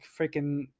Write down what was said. freaking